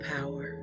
power